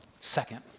Second